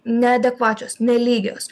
neadekvačios nelygios